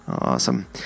Awesome